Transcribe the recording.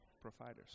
providers